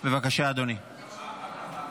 בבקשה, אדוני.